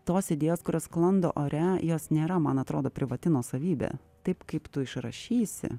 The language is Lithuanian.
tos idėjos kurios sklando ore jos nėra man atrodo privati nuosavybė taip kaip tu išrašysi